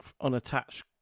unattached